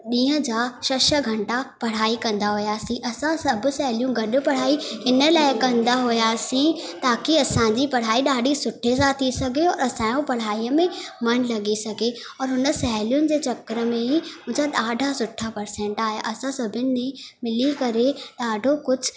ॾींहुं जा छह छह घंटा पढ़ाई कंदा हुआसीं असां सभु सहेलियूं गॾु पढ़ाई इन लाइ कंदा हुआसीं ताकि असांजी पढ़ाई ॾाढी सुठे सां थी सघे और असांजो पढ़ाईअ में मन लॻी सघे और हुन सहेलियुनि जे चक्कर में ई मुंहिंजा ॾाढा सुठा परसेंट आया असां सभिनि जी मिली करे ॾाढो कुझु